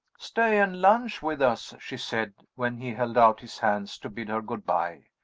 stay and lunch with us, she said, when he held out his hand to bid her good-by.